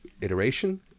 iteration